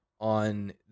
On